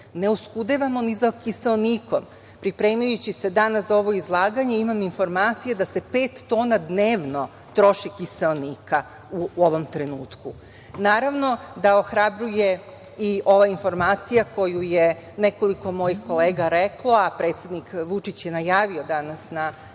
Ne oskudevamo ni za kiseonikom. Pripremajući se danas za ovo izlaganje, imam informacije da se pet tona dnevno troši kiseonika u ovom trenutku. Naravno da ohrabruje i ova informacija koju je nekoliko mojih kolega reklo, a predsednik Vučić je najavio danas na konferenciji